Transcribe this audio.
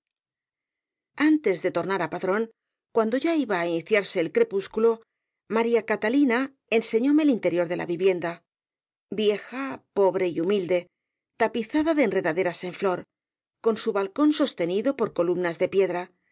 antes de tornar á padrón cuando ya iba á iniciarse el crepúsculo maría catalina enseñóme el interior de la vivienda vieja pobre y humilde tapizada de enredaderas en flor con su balcón sostenido por columnas de piedra